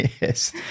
Yes